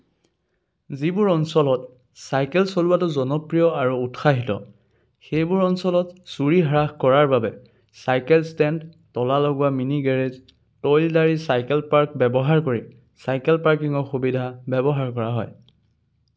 যিবোৰ অঞ্চলত চাইকেল চলোৱাটো জনপ্ৰিয় আৰু উৎসাহিত সেইবোৰ অঞ্চলত চুৰি হ্ৰাস কৰাৰ বাবে চাইকেল ষ্টেণ্ড তলা লগোৱা মিনি গেৰেজ টহলদাৰী চাইকেল পাৰ্ক ব্যৱহাৰ কৰি চাইকেল পাৰ্কিঙৰ সুবিধা ব্যৱহাৰ কৰা হয়